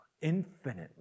infinitely